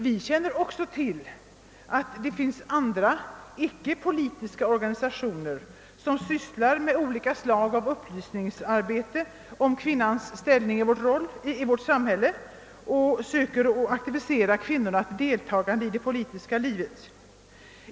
Vi känner också till att det finns andra, icke politiska organisationer som sysslar med upplysning om kvinnans ställning i vårt land och söker aktivisera kvinnorna till deltagande i det politiska livet.